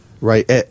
right